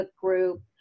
group